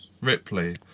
Ripley